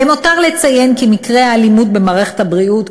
למותר לציין כי מקרי האלימות במערכת הבריאות,